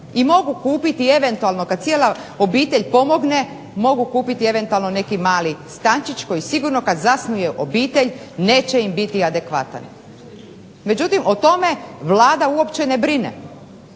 i mogu kupiti eventualno kada cijela obitelj pomogne, mogu kupiti neki mali stančić koji sigurno kada zasnuju obitelj neće im biti adekvatan. Međutim, o tome Vlada uopće ne brine